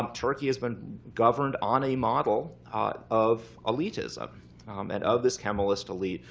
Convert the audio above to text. um turkey has been governed on a model of elitism, and of this kemalist elite,